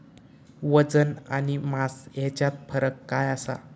वजन आणि मास हेच्यात फरक काय आसा?